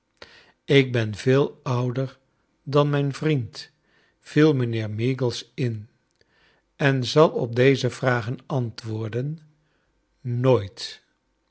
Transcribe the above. ik ben veel ouder dan mijn vriend viel mijnheer meagles in en zal op deze vragen antwoorden r nooit